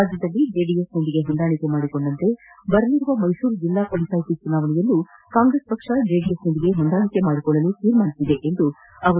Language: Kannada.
ರಾಜ್ವದಲ್ಲಿ ಜೆಡಿಎಸ್ ಜೊತೆ ಹೊಂದಾಣಿಕೆ ಮಾಡಿಕೊಂಡಂತೆ ಬರಲಿರುವ ಮೈಸೂರು ಜಿಲ್ಲಾ ಪಂಚಾಯತ್ ಚುನಾವಣೆಯಲ್ಲೂ ಕಾಂಗ್ರೆಸ್ ಪಕ್ಷ ಜೆಡಿಎಸ್ ಜೊತೆ ಹೊಂದಾಣಿಕೆ ಮಾಡಿಕೊಳ್ಳಲು ನಿರ್ಧರಿಸಿದೆ ಎಂದರು